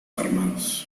armados